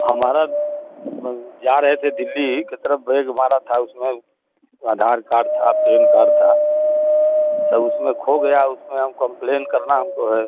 हमारा हम जा रहे थे दिल्ली के तरफ बैग हमारा था उसमें आधार कार्ड था पेन कार्ड था सब उसमें खो गया उसमें हम कंप्लेन करना हमको है